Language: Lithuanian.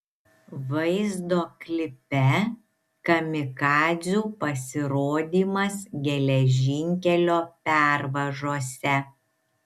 vaizdo klipe kamikadzių pasirodymas geležinkelio pervažose